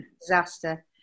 disaster